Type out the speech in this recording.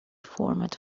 format